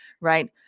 right